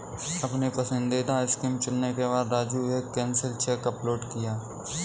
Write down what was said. अपनी पसंदीदा स्कीम चुनने के बाद राजू ने एक कैंसिल चेक अपलोड किया